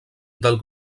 del